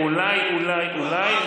אולי אולי אולי,